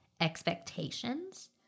expectations